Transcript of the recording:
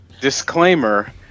Disclaimer